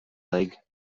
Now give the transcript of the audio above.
lake